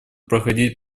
проходить